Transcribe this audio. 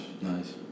Nice